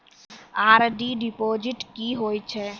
RD deposit की होय छै?